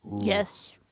Yes